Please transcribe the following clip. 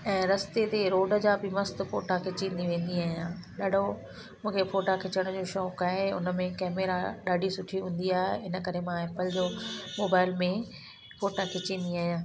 ऐं रस्ते ते रोड जा बि मस्तु फ़ोटा खिचंदी वेंदी आहियां ॾाढो मूंखे फ़ोटा खिचण जो शौक़ु आहे उन में कैमरा ॾाढी सुठी हूंदी आहे इन करे मां एप्पल जो मोबाइल में फ़ोटा खिचंदी आहियां